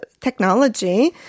technology